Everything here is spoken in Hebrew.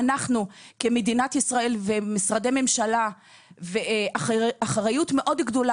למדינת ישראל יש אחריות מאוד גדולה,